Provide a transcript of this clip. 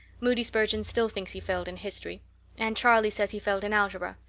moody spurgeon still thinks he failed in history and charlie says he failed in algebra.